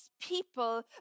people